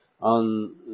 on